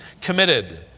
committed